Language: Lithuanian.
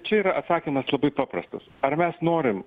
čia yra atsakymas labai paprastas ar mes norim